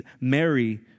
Mary